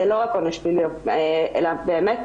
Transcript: זה לא רק עונש פלילי אלא באמת